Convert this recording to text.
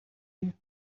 you